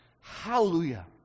Hallelujah